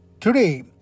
Today